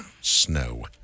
Snow